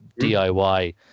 DIY